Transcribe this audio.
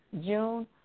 June